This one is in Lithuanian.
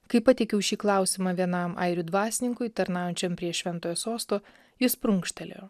kai pateikiau šį klausimą vienam airių dvasininkui tarnaujančiam prie šventojo sosto jis prunkštelėjo